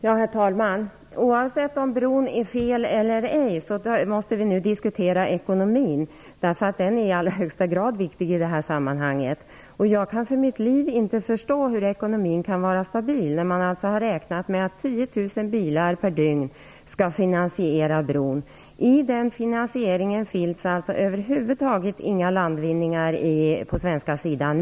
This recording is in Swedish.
Herr talman! Oavsett om det är fel att bygga bron eller ej, måste vi nu diskutera ekonomin, därför att den är i allra högsta grad viktig i sammanhanget. Jag kan inte för mitt liv förstå hur ekonomin kan vara stabil, när man har räknat med att 10 000 bilar per dygn skall finansiera bron. I den finansieringen finns det över huvud taget inte med några landvinningar på den svenska sidan.